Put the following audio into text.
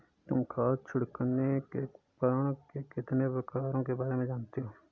तुम खाद छिड़कने के उपकरण के कितने प्रकारों के बारे में जानते हो?